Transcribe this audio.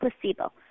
placebo